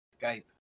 Skype